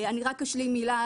אני רק אשלים מילה,